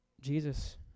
Jesus